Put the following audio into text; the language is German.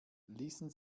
ließen